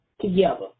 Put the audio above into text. together